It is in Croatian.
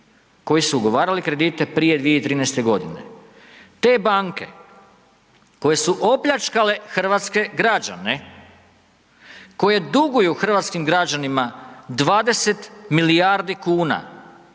koji su ugovarali kredite prije 2013. godine. Te banke koje su opljačkale hrvatske građane, koje duguju hrvatskim građanima 20 milijardi kuna,